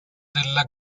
della